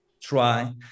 try